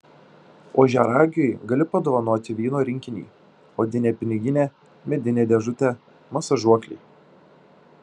ožiaragiui gali padovanoti vyno rinkinį odinę piniginę medinę dėžutę masažuoklį